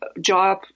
Job